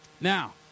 Now